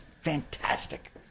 fantastic